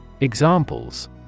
Examples